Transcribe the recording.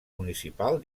municipal